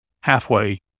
halfway